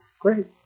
great